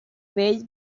vell